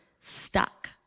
stuck